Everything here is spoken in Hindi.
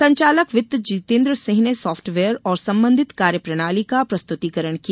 संचालक वित्त जीतेन्द्र सिंह ने सॉफ्टवेयर और संबंधित कार्यप्रणाली का प्रस्तुतीकरण किया